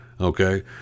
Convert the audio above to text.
Okay